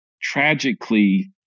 tragically